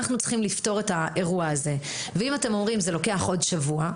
אנחנו צריכים את האירוע הזה ואם אתם אומרים שזה לוקח עוד שבוע,